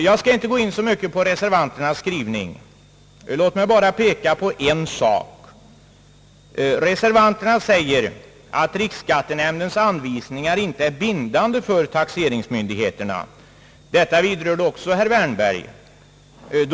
Jag skall inte så mycket gå in på reservanternas skrivning. Låt mig bara peka på en sak. Reservanterna säger, att riksskattenämndens anvisningar inte är bindande för taxeringsmyndigheterna, något som också herr Wärnberg berörde.